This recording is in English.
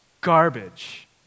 garbage